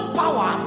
power